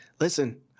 Listen